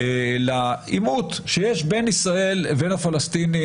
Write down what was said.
לעימות שיש בין ישראל לבין הפלסטינים,